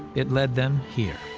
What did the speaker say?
it led them here.